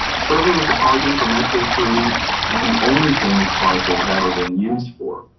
serving as the bargaining for mantro three is the only thing this parcel has ever been used for.